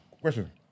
question